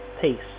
peace